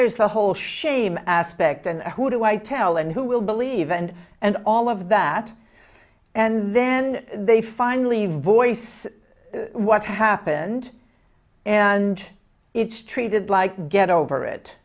there's the whole shame aspect and who do i tell and who will believe and and all of that and then they finally voice what happened and it's treated like get over it